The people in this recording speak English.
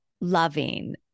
loving